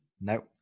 No